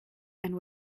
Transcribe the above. and